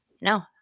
No